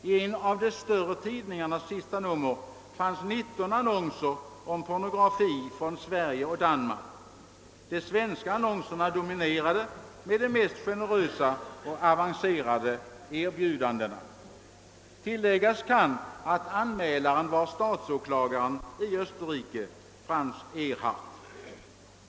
I en av de större tidningarnas senaste nummer fanns 19 annonser om pornografi från Sverige och Danmark. De svenska annonserna dominerade med de mest generösa och avancerade erbjudandena. Tilläggas kan att anmälaren var statsåklagaren i Österrike Franz Erhardt.